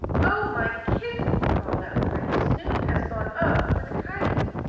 oh, my kitten! called out freddie. snoop has gone up with the kite!